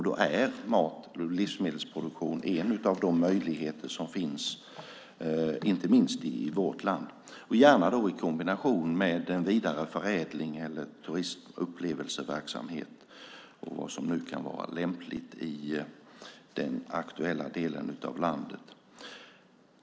Då är mat och livsmedelsproduktion en av de möjligheter som finns, inte minst i vårt land, och gärna då i kombination med en vidare förädling eller turist och upplevelseverksamhet och vad som nu kan vara lämpligt i den aktuella delen av landet.